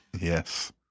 Yes